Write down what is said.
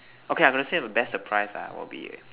okay I got to save a best surprise ah will be